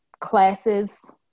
classes